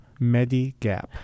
Medigap